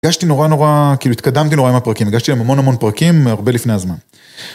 הרגשתי נורא נורא, התקדמתי נורא עם הפרקים, הרגשתי המון המון פרקים הרבה לפני הזמן.